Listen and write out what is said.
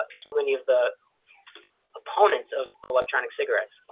ah so many of the opponents of electronic cigarettes.